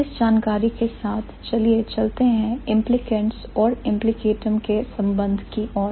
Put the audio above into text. इस जानकारी के साथ चलिए चलते हैं implicants और implicatum के संबंध की ओर